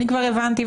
אני כבר הבנתי,